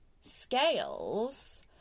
scales